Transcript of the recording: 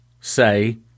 say